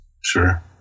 Sure